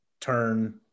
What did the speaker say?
turn